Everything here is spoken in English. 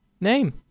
name